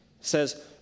says